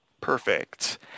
Perfect